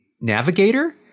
Navigator